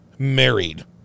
Married